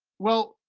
well,